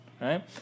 right